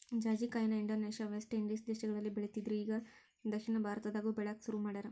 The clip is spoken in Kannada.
ಜಾಜಿಕಾಯಿನ ಇಂಡೋನೇಷ್ಯಾ, ವೆಸ್ಟ್ ಇಂಡೇಸ್ ದೇಶಗಳಲ್ಲಿ ಬೆಳಿತ್ತಿದ್ರು ಇಗಾ ದಕ್ಷಿಣ ಭಾರತದಾಗು ಬೆಳ್ಯಾಕ ಸುರು ಮಾಡ್ಯಾರ